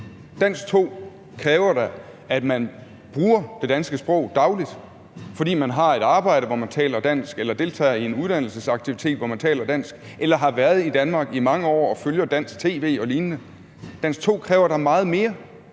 Danskprøve 2 kræver da, at man bruger det danske sprog dagligt, fordi man har et arbejde, hvor man taler dansk, eller deltager i en uddannelsesaktivitet, hvor man taler dansk, eller har været i Danmark i mange år og følger dansk tv og lignende. Danskprøve 2 kræver da meget mere,